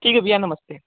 ठीक है भैया नमस्ते